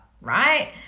right